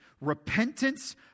repentance